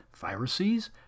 viruses